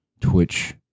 Twitch